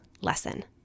lesson